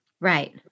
Right